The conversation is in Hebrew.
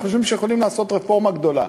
חושבים שיכולים לעשות רפורמה גדולה.